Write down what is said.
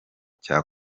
cya